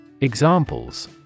Examples